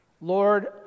Lord